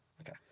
Okay